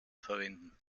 verwenden